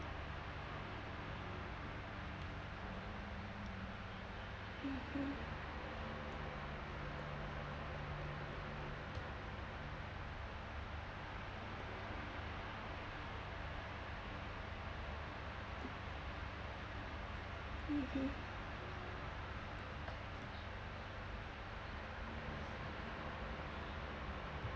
mmhmm